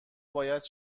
باید